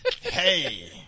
Hey